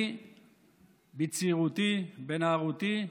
אני בצעירותי, בנערותי,